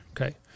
Okay